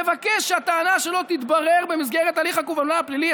הוא מבקש שהטענה שלו תתברר במסגרת הליך הקובלנה הפלילי.